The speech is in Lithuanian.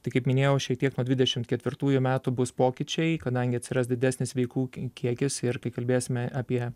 tai kaip minėjau šiek tiek nuo dvidešimt ketvirtųjų metų bus pokyčiai kadangi atsiras didesnis veikų kiekis ir kai kalbėsime apie